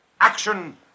action